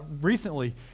Recently